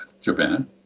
Japan